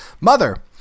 Mother